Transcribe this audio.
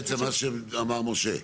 בעצם מה שאמר משה.